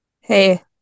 Hey